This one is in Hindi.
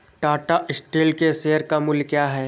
टाटा स्टील के शेयर का मूल्य क्या है?